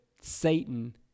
Satan